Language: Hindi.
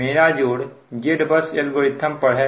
मेरा जोड़ Z बस एल्गोरिथ्म पर है